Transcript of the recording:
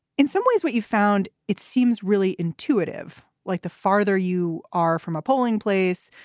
in some ways, what you found, it seems really intuitive. like the farther you are from a polling place,